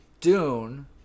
Dune